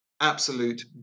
absolute